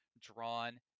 drawn